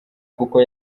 kuko